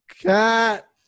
cat